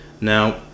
Now